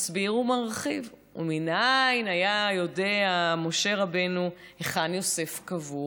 מסביר ומרחיב: ומניין היה יודע משה רבינו היכן יוסף קבור?